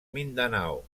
mindanao